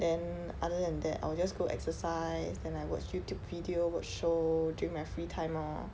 then other than that I will just go exercise then I watch youtube video watch show during my free time lor